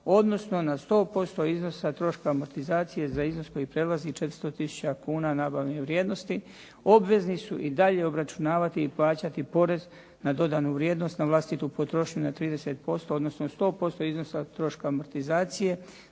odnosno na 100% iznosa troška amortizacije za iznos koji prelazi 400 tisuća kuna nabavne vrijednosti, obvezni su i dalje obračunavati i plaćati porez na dodanu vrijednost na vlastitu potrošnju na 30% odnosno 100% iznosa od troška amortizacije